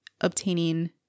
obtaining